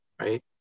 right